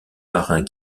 marins